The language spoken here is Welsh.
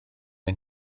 ein